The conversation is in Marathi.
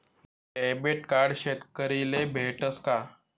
डेबिट कार्ड शेतकरीले भेटस का?